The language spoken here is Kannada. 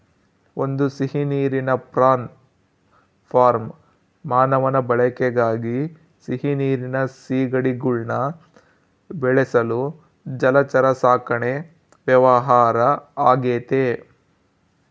ಒಂದು ಸಿಹಿನೀರಿನ ಪ್ರಾನ್ ಫಾರ್ಮ್ ಮಾನವನ ಬಳಕೆಗಾಗಿ ಸಿಹಿನೀರಿನ ಸೀಗಡಿಗುಳ್ನ ಬೆಳೆಸಲು ಜಲಚರ ಸಾಕಣೆ ವ್ಯವಹಾರ ಆಗೆತೆ